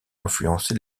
influencé